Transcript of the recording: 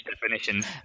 definitions